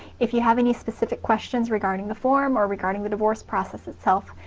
if you have any specific questions regarding the form or regarding the divorce process itself,